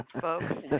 folks